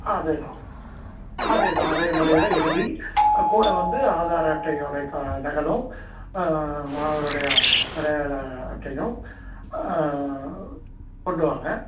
அதே தான் அதே தான் அதே முறையில் எழுதி கூட வந்து ஆதார் அட்டையோடைய கா நகலும் அவருடைய அடையாள அட்டையும் கொண்டு வாங்க